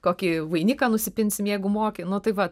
kokį vainiką nusipinsim jeigu moki nu tai vat